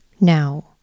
Now